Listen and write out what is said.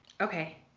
Okay